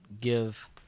give